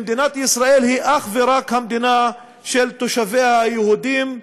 שמדינת ישראל היא אך ורק המדינה של תושביה היהודים,